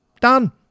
done